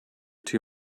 too